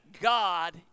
God